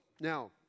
Now